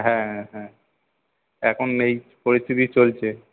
হ্যাঁ হ্যাঁ এখন এই পরিস্থিতিই চলছে